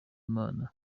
imana